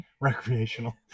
recreational